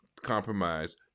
compromise